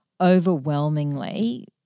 overwhelmingly